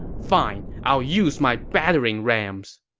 fine, i will use my battering rams!